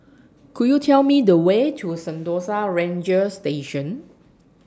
Could YOU Tell Me The Way to Sentosa Ranger Station